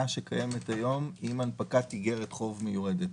שקיימת היום עם הנפקת אגרת חוב מיועדת.